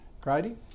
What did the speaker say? Grady